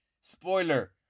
spoiler